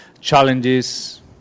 challenges